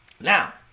Now